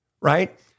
right